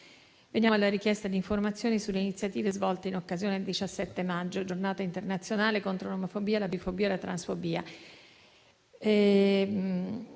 Veniamo alla richiesta di informazioni sulle iniziative svolte in occasione del 17 maggio, Giornata internazionale contro l'omofobia, la bifobia e la transfobia.